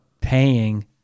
paying